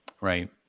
Right